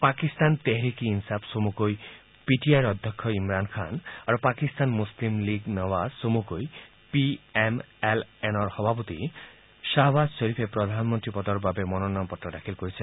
পাকিস্তান টেহৰিক ই ইনছাফ চমুকৈ P T আইৰ অধ্যক্ষ ইমৰান খান আৰু পাকিস্তান মুছলিম লীগ নৱাজ চমুকৈ পি এম এল এনৰ সভাপতি শ্বাহৱাজ শ্বৰিফে প্ৰধানমন্ত্ৰী পদৰ বাবে মনোনয়ন পত্ৰ দাখিল কৰিছে